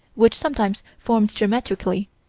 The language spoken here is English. which sometimes forms geometrically.